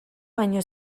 baino